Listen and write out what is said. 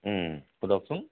সুধকচোন